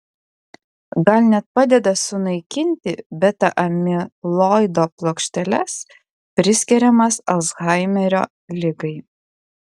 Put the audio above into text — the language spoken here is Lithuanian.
gal net padeda sunaikinti beta amiloido plokšteles priskiriamas alzhaimerio ligai